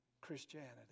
Christianity